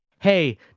Hey